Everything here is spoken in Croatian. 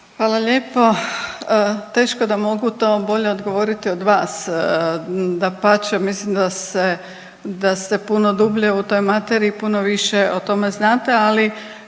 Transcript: Hvala lijepo. Teško da mogu to bolje odgovoriti od vas. Dapače, mislim da se, da ste puno dublje u toj materiji, puno više o tome znate, ali